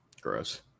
Gross